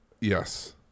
Yes